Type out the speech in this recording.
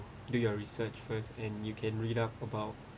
do your research first and you can read up about